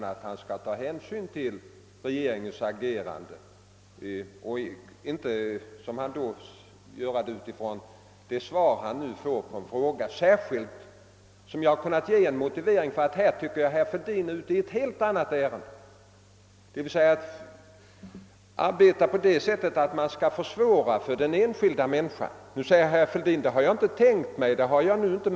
Han bör då ta hänsyn till regeringens agerande och inte, såsom han nu gjorde, utgå från det svar som han fått på en interpellation — särskilt som jag i detta fall kunnat motivera ett påstående att herr Fälldin är ute i ett helt annnat syfte, nämligen att arbeta på sådant sätt att förhållandena för den enskilda människan försvåras. Herr Fälldin säger nu att han inte åsyftat detta.